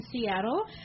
Seattle